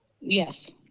Yes